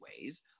ways